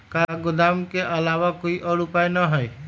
का गोदाम के आलावा कोई और उपाय न ह?